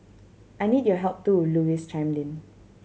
I needed your help too Louise chimed in